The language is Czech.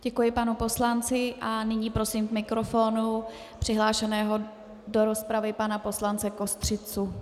Děkuji panu poslanci a nyní prosím k mikrofonu přihlášeného do rozpravy pana poslance Kostřicu.